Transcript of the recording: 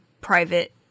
private